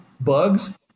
bugs